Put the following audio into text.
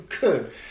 good